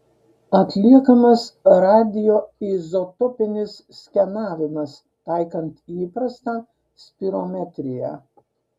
atliekamas radioizotopinis skenavimas taikant įprastą spirometriją